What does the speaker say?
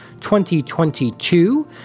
2022